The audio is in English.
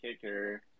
kicker